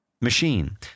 machine